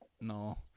No